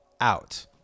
out